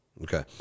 okay